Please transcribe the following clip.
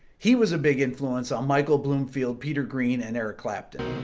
he was a big influence on michael bloomfield peter green and eric clapton